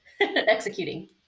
executing